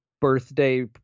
birthday